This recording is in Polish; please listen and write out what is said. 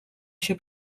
się